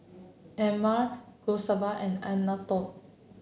Emmer Gustave and Anatole